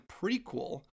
prequel